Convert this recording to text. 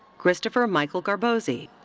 christopher michael garboczi.